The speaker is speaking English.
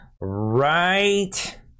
right